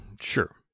sure